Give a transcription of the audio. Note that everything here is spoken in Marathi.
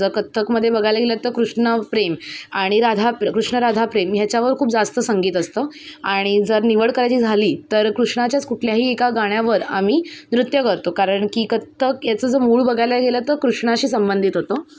जर कथ्थकमध्ये बघायला गेलं तर कृष्ण प्रेम आणि राधा प्र कृष्णराधा प्रेम ह्याच्यावर खूप जास्त संगीत असतं आणि जर निवड करायची झाली तर कृष्णाच्याच कुठल्याही एका गाण्यावर आम्ही नृत्य करतो कारण की कत्थक याचं जर मूळ बघायला गेलं तर कृष्णाशी संबंधित होतं